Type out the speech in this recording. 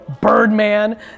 Birdman